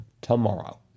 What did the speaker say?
tomorrow